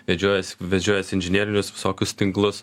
vedžiojęs vedžiojęs inžinierius visokius tinklus